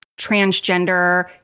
transgender